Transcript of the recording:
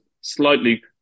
slightly